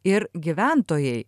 ir gyventojai